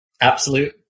Absolute